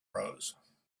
rose